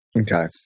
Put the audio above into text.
okay